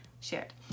shared